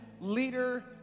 leader